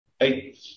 eight